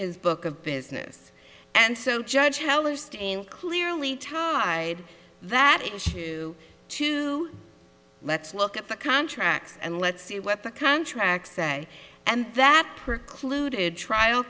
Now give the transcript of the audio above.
his book of business and so judge hellerstein clearly tied that issue to let's look at the contract and let's see what the contracts say and that precluded trial